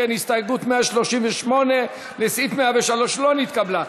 אם כן, הסתייגות 138 לסעיף 103 לא נתקבלה.